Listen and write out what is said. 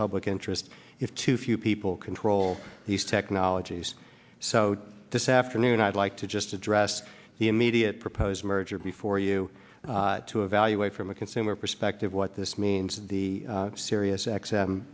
public interest if too few people control these technologies so this afternoon i'd like to just address the immediate proposed merger be for you to evaluate from a consumer perspective what this means of the sirius x